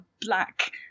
black